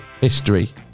history